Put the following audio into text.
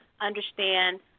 understand